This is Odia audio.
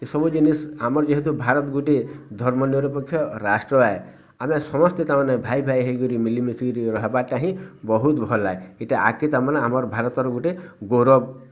ଏସବୁ ଜିନିଷ୍ ଆମର୍ ଯେହେତୁ ଭାରତ ଗୁଟେ ଧର୍ମ ନିରପକ୍ଷେ ରାଷ୍ଟ୍ର ଆମେ ସମସ୍ତେ ତା ମାନେ ଭାଇ ଭାଇ ହେଇକରି ମିଲିମିଶି କିରି ରହିବାଟା ହିଁ ବହୁତ ଭଲ୍ ଲାଗେ ଇଟା ତାମାନେ ଆମର୍ ଭାରତର୍ ଗୁଟେ ଗୌରବ